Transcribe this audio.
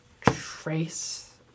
trace